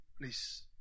please